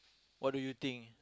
what do you think